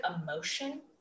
emotion